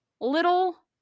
little